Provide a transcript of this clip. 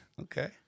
Okay